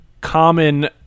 common